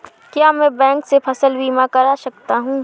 क्या मैं बैंक से फसल बीमा करा सकता हूँ?